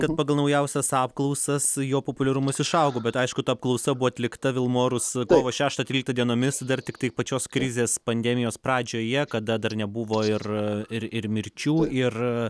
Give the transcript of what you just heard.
kad pagal naujausias apklausas jo populiarumas išaugo bet aišku ta apklausa buvo atlikta vilmorus kovo šeštą tryliktą dienomis dar tiktai pačios krizės pandemijos pradžioje kada dar nebuvo ir ir ir mirčių ir